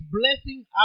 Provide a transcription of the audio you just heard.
blessing